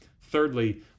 Thirdly